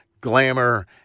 glamour—